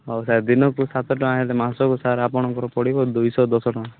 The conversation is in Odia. ହଉ ସାର୍ ଦିନକୁ ସାତ ଟଙ୍କା ହେଲେ ମାସକୁ ସାର୍ ଆପଣଙ୍କର ପଡ଼ିବ ଦୁଇଶହ ଦଶ ଟଙ୍କା